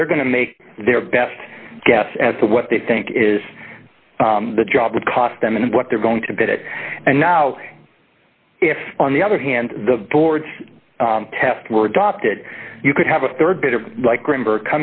they're going to make their best guess as to what they think is the job would cost them and what they're going to get it and now if on the other hand the board test were adopted you could have a rd bit of like greenburg